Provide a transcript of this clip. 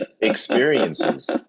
experiences